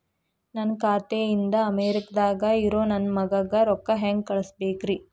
ನನ್ನ ಖಾತೆ ಇಂದ ಅಮೇರಿಕಾದಾಗ್ ಇರೋ ನನ್ನ ಮಗಗ ರೊಕ್ಕ ಹೆಂಗ್ ಕಳಸಬೇಕ್ರಿ?